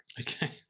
Okay